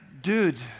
dude